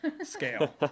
scale